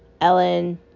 Ellen